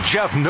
Jeff